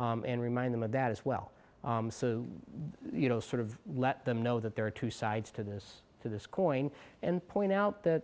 remind them of that as well so you know sort of let them know that there are two sides to this to this coin and point out that